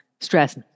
Stress